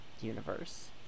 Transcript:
universe